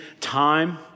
time